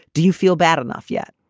do you feel bad enough yet?